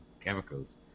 Chemicals